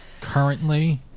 currently